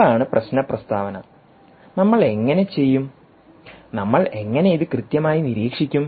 അതാണ് പ്രശ്ന പ്രസ്താവന നമ്മൾ എങ്ങനെ ചെയ്യുംനമ്മൾ എങ്ങനെ ഇത് കൃത്യമായി നിരീക്ഷിക്കും